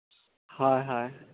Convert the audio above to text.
ᱦᱳᱭ ᱦᱳᱭ